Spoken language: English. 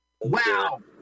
Wow